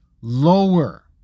lower